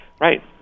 Right